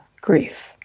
Grief